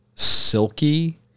silky